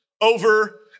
over